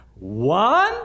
One